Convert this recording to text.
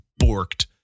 borked